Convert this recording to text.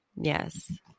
yes